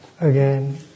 again